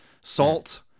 Salt